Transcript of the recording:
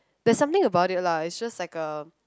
there's something about it lah it just like a